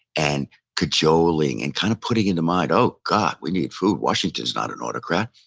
and cajoling, and kind of putting into mind oh, god, we need food. washington's not an autocrat.